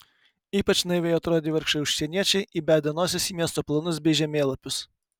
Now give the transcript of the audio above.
ypač naiviai atrodė vargšai užsieniečiai įbedę nosis į miesto planus bei žemėlapius